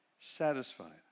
satisfied